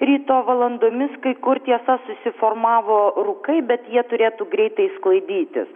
ryto valandomis kai kur tiesa susiformavo rūkai bet jie turėtų greitai sklaidytis